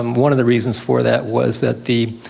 um one of the reasons for that was that the